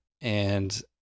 and-